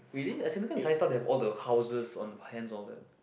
really as I know kan Chinese style they have all the houses on the hands all that